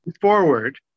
forward